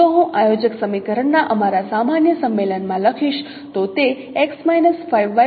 જો હું આયોજક સમીકરણના અમારા સામાન્ય સંમેલનમાં લખીશ તો તે છે